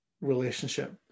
relationship